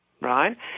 right